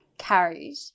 carried